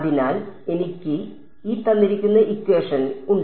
അതിനാൽ എനിക്ക് ഉണ്ട്